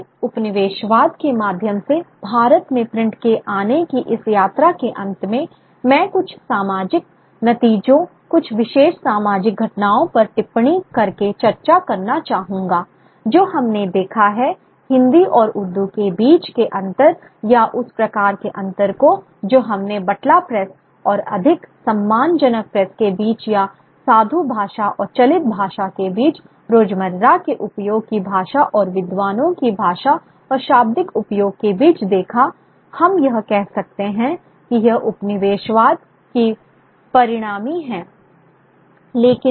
इसलिए उपनिवेशवाद के माध्यम से भारत में प्रिंट के आने की इस यात्रा के अंत में मैं कुछ सामाजिक नतीजों कुछ विशेष सामाजिक घटनाओं पर टिप्पणी करके चर्चा करना चाहूंगा जो हमने देखा है हिंदी और उर्दू के बीच के अंतर या उस प्रकार के अंतर को जो हमने बटला प्रेस और अधिक सम्मानजनक प्रेस के बीच या साधु भाषा और चलित भाषा के बीच रोजमर्रा के उपयोग की भाषा और विद्वानों की भाषा और शाब्दिक उपयोग के बीच देखा हम यह कह सकते हैं कि ये उपनिवेशवाद के परिणामी हैं